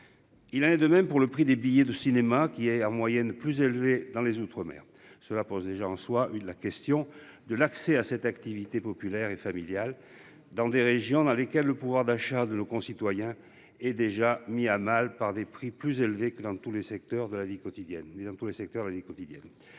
Il en est de même pour le prix des billets de cinéma qui est en moyenne plus élevée dans les Outre-mer. Cela pose déjà en soi une la question de l'accès à cette activité populaire et familiale dans des régions dans lesquelles le pouvoir d'achat de nos concitoyens et déjà mis à mal par des prix plus élevés que dans tous les secteurs de la vie quotidienne,